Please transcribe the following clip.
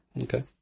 Okay